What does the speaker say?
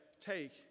take